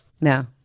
No